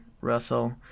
Russell